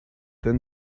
then